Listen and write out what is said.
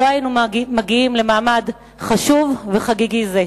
לא היינו מגיעים למעמד חשוב וחגיגי זה.